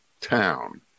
town